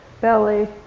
belly